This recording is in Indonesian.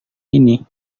ini